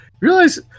realize